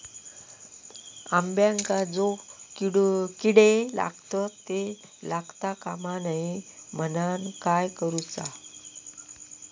अंब्यांका जो किडे लागतत ते लागता कमा नये म्हनाण काय करूचा?